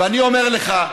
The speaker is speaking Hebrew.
ואני אומר לך,